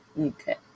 Okay